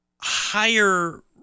higher